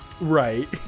Right